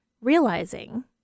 realizing